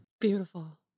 Beautiful